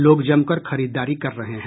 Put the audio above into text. लोग जमकर खरीददारी कर रहे हैं